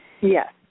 Yes